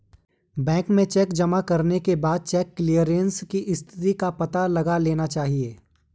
bank में cheque जमा करने के बाद चेक क्लेअरन्स की स्थिति का पता लगा लेना चाहिए